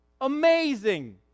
Amazing